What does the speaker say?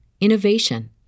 innovation